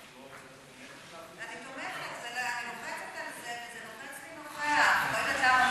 אני לוחצת על זה, אני לא יודעת למה.